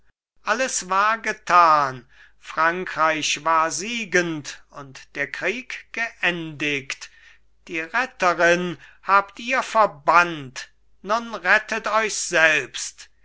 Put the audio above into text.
alles war getan frankreich war siegend und der krieg geendigt die retterin habt ihr verbannt nun rettet euch selbst